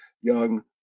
young